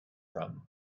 from